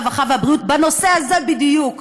הרווחה והבריאות בנושא הזה בדיוק.